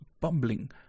bumbling